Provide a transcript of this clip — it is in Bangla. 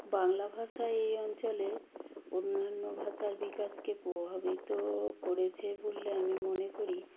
বাংলা ভাষা এই অঞ্চলের অন্যান্য ভাষার বিকাশকে প্রভাবিত করেছে বললে আমি মনে করি